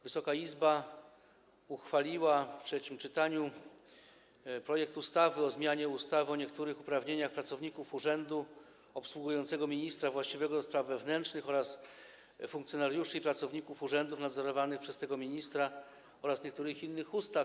Wysoka Izba uchwaliła w trzecim czytaniu ustawę o zmianie ustawy o niektórych uprawnieniach pracowników urzędu obsługującego ministra właściwego do spraw wewnętrznych oraz funkcjonariuszy i pracowników urzędów nadzorowanych przez tego ministra oraz niektórych innych ustaw.